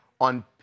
on